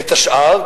את השאר,